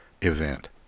event